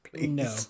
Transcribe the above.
no